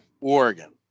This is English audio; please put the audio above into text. oregon